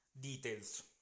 details